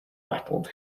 rattled